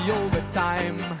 overtime